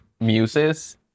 muses